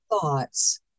thoughts